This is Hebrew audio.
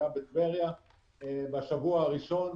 יש בטבריה אתגר נוסף,